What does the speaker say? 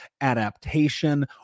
adaptation